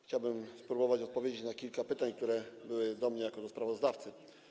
Chciałbym spróbować odpowiedzieć na kilka pytań, które były kierowane do mnie jako do sprawozdawcy.